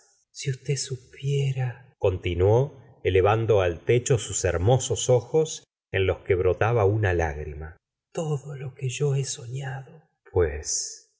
si usted supiera continuó elevando al techo sus hermosos ojos en los que brotaba una lágrima todo lo que yo he soñado pues y